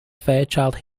fairchild